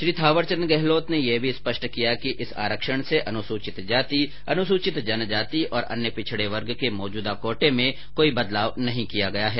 श्री थवरचंद गहलोत ने यह भी स्पष्ट किया कि इस आरक्षण से अनुसूचित जाति अनुसूचित जनजाति और अन्य पिछडे वर्ग के मौजूदा कोटे में कोई बदलाव नहीं किया गया है